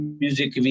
music